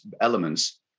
elements